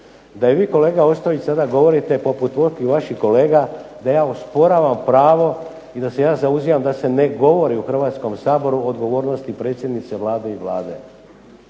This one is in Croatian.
da i vi kolega Ostojić poput mnogih vaših kolega da ja osporavam pravo i da se ja zauzimam da se ne govori u Hrvatskom saboru o odgovornosti predsjednice Vlade i Vlade.